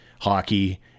hockey